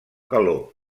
galó